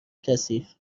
کثیف